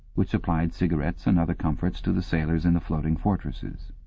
which supplied cigarettes and other comforts to the sailors in the floating fortresses.